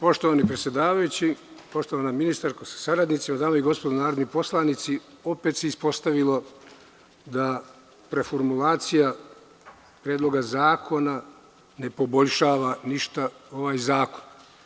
Poštovani predsedavajući, poštovana ministarko sa saradnicima, dame i gospodo narodni poslanici, opet se ispostavilo da preformulacija Predloga zakona ne poboljšava ništa ovaj zakon.